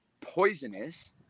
poisonous